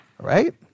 right